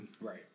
Right